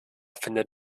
findet